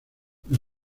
del